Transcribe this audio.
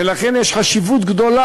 ולכן יש חשיבות גדולה,